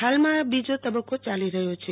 હાલમાં આ બીજો તબક્કો યાલી રહ્યો છે